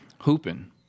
Hooping